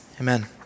amen